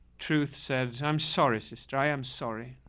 truth said, i'm sorry sister. i am sorry.